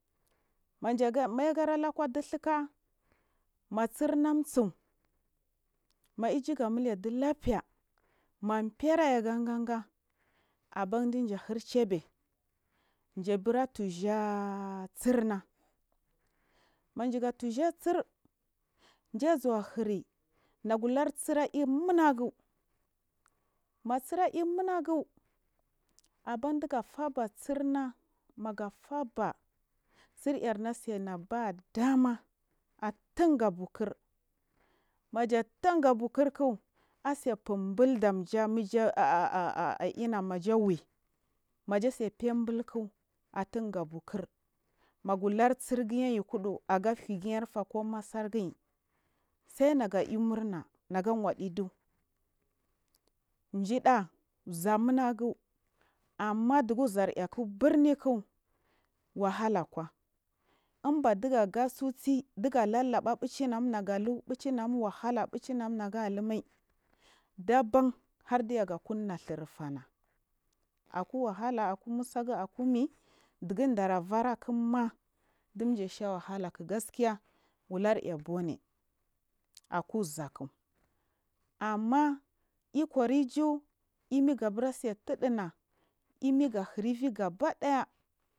Maja maijagari di dhuka matsina siw ma ijuga mile dilabfeya ma firaiyi ga’ganga abandiyabur chabe jabura tuja a tsima majira tujara tuja sir jazuwa hiri nagula ur tsir a yumunagu matsir ayu ma nagu aban diga faba tsirna maje afaba a tsir arna atse null bada maa athuga butur meja thut, ga buturk asefun blu, damja aina maja whye maja tse febluk athuga bukirmaguhir tsingi ayukudu agahiga anfa koma fargiy sainaga ribu muma ga wade duru jida zhua muna gu amma dugu zur aiyakubi nik wahalakwa imbadingaga susi digalalaba bichi nagunaga lumai dabaam hardiga kuna dhirganau akuwahala aku musudagu akumare digu dar barakima dija sha wahalaka gaskiya ulur aiya bome akuzuk amah ikor iju imigabar tsitu duna ivigahir eviga badaya.